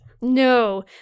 No